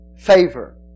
Favor